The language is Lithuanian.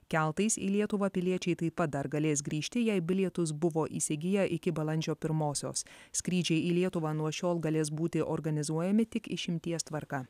keltais į lietuvą piliečiai taip pat dar galės grįžti jei bilietus buvo įsigiję iki balandžio pirmosios skrydžiai į lietuvą nuo šiol galės būti organizuojami tik išimties tvarka